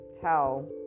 tell